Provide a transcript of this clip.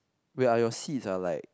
wait are your seeds are like